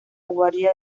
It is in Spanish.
guardia